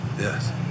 Yes